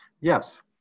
Yes